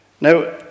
Now